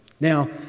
Now